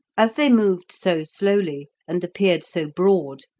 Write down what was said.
as they moved so slowly, and appeared so broad,